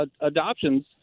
adoptions